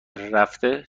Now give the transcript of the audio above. رفته